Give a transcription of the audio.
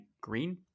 green